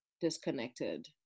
disconnected